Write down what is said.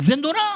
זה נורא.